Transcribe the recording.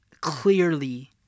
clearly